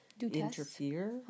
interfere